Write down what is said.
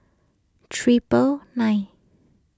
triple nine